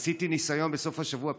עשיתי ניסיון בסוף השבוע,